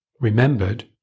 remembered